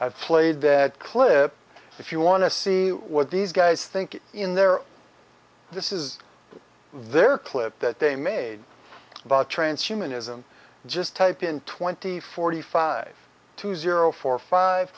i've played that clip if you want to see what these guys think in there this is their clip that they made about trains humanism just typed in twenty forty five to zero four five